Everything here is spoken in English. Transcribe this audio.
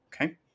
Okay